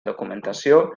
documentació